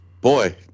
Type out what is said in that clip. Boy